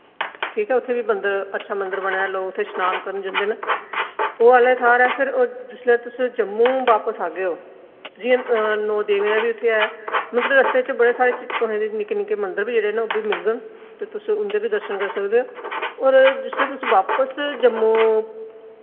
ठीक ऐ उत्थे वी मंदर अच्छा मंदर बने दा लोक उत्थे शनान करन जन्दे न ओह् आह्ली थाह्र ऐ फिर ओ जिसलै तुस जम्मू बापस आगे ओ जि'यां नौ देवियां वि उत्थे ऐ मतलब रस्ते च बड़े सारे तुसें गी निक्के निक्के मंदर वी जेह्ड़े न ओह् वी मिलगन ते तुस उंदे वी दर्शन करी सकदे ओ और जिसलै तुस बापस जम्मू